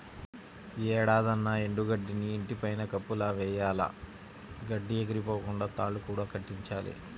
యీ ఏడాదన్నా ఎండు గడ్డిని ఇంటి పైన కప్పులా వెయ్యాల, గడ్డి ఎగిరిపోకుండా తాళ్ళు కూడా కట్టించాలి